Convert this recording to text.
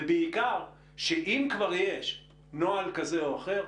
ובעיקר שאם כבר יש נוהל כזה אחר,